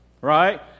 Right